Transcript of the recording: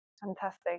Fantastic